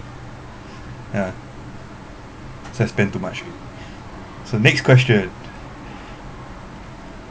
ya so I spend too much so next question